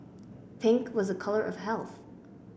pink was a colour of health